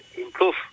improve